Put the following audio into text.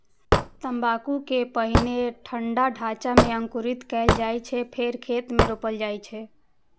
तंबाकू कें पहिने ठंढा ढांचा मे अंकुरित कैल जाइ छै, फेर खेत मे रोपल जाइ छै